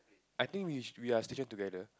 I think we we are station together